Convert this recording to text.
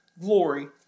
glory